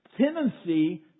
tendency